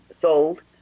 sold